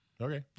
Okay